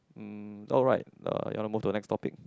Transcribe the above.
mm alright uh you want to move to the next topic